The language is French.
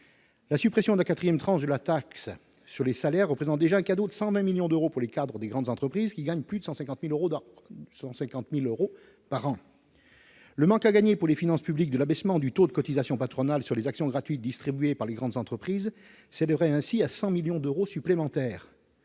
La suppression de la quatrième tranche de la taxe sur les salaires représente déjà un cadeau de 120 millions d'euros pour les cadres des grandes entreprises gagnant plus de 150 000 euros par an. Le manque à gagner qui résulterait, pour les finances publiques, de l'abaissement du taux de cotisations patronales sur les actions gratuites distribuées par les grandes entreprises s'élèverait à 120 millions d'euros. Cela